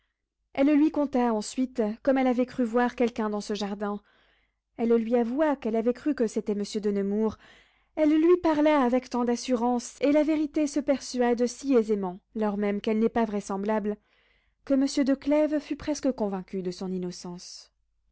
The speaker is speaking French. elle lui conta ensuite comme elle avait cru voir quelqu'un dans ce jardin elle lui avoua qu'elle avait cru que c'était monsieur de nemours elle lui parla avec tant d'assurance et la vérité se persuade si aisément lors même qu'elle n'est pas vraisemblable que monsieur de clèves fut presque convaincu de son innocence